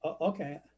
Okay